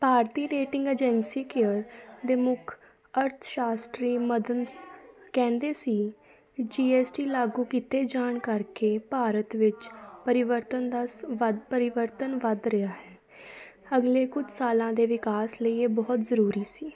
ਭਾਰਤੀ rating agency CARE ਦੇ ਮੁੱਖ ਅਰਥਸ਼ਾਸਤਰੀ ਮਦਨ ਕਹਿੰਦੇ ਸੀ ਜੀ ਐੱਸ ਟੀ ਲਾਗੂ ਕੀਤੇ ਜਾਣ ਕਰਕੇ ਭਾਰਤ ਵਿੱਚ ਪਰਿਵਰਤਨ ਦਾ ਸ ਵੱਧ ਪਰਿਵਰਤਨ ਵੱਧ ਰਿਹਾ ਹੈ ਅਗਲੇ ਕੁਛ ਸਾਲਾਂ ਦੇ ਵਿਕਾਸ ਲਈ ਇਹ ਬਹੁਤ ਜ਼ਰੂਰੀ ਸੀ